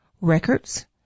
records